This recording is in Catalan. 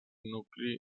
nucli